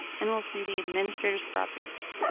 and we'll see the administrator's properties.